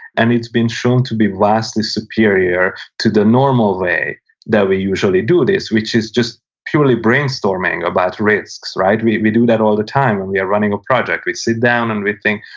and it's been shown to be vastly superior to the normal way that we usually do this, which is just purely brainstorming about risks, right? we we do that all the time when we are running a project. we sit down, and we think,